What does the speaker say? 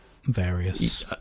various